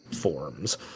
forms